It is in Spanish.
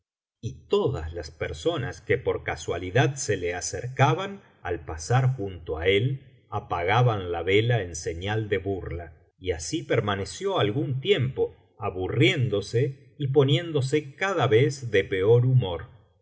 y todas las personas que por casualidad se le acercaban al pasar junto á él apagaban la vela en señal de burla y así permaneció algún tiempo aburriéndose y poniéndose cada vez de peor humor